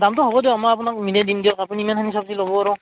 দামটো হ'ব দিয়ক মই আপোনাক মিলাই দিম দিয়ক আপুনি ইমানখিনি চবজি ল'ব আৰু